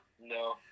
No